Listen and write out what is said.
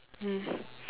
mm